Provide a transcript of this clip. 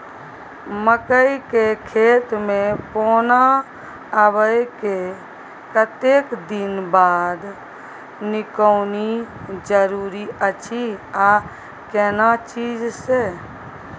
मकई के खेत मे पौना आबय के कतेक दिन बाद निकौनी जरूरी अछि आ केना चीज से?